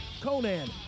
Conan